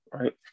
right